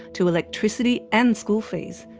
to electricity and school fees.